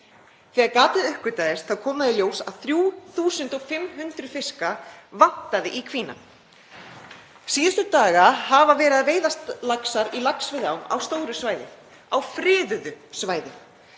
Þegar gatið uppgötvaðist kom í ljós að 3.500 fiska vantaði í kvína. Síðustu daga hafa verið að veiðast laxar í laxveiðiám á stóru svæði — á friðuðu svæði.